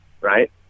right